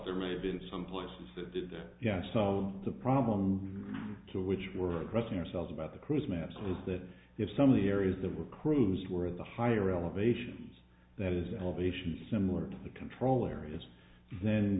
there may have been some places that did yes solve the problem to which we're addressing ourselves about the cruise maps is that if some of the areas that were cruised were at the higher elevations that is elevation similar to the control areas then